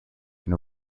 and